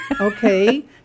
okay